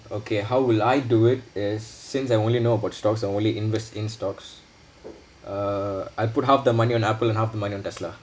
okay how will I do it is since I only know about stocks I only invest in stocks uh I put half the money on apple and half the money on tesla